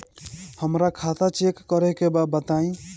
हमरा खाता चेक करे के बा बताई?